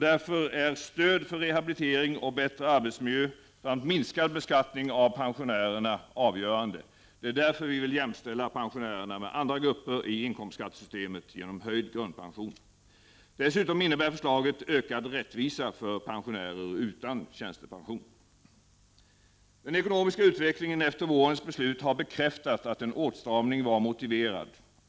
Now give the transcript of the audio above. Därför är stöd för rehabilitering och bättre arbetsmiljö samt minskad beskattning av pensionärerna avgörande. Det är därför vi vill jämställa pensionärerna med andra grupper i inkomstskattesystemet genom höjd grundpension. Dessutom innebär förslaget ökad rättvisa för pensionärer utan tjänstepension. Den ekonomiska utvecklingen efter vårens beslut har bekräftat att en åtstramning var motiverad.